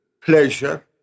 pleasure